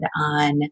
on